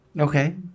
Okay